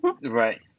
Right